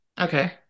Okay